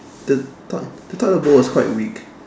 the toi~ the toilet bowl was quite weak